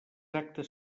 actes